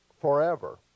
forever